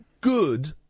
good